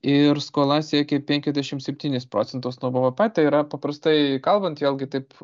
ir skola siekė penkiasdešim septynis procentus to bvp tai yra paprastai kalbant vėlgi taip